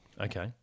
Okay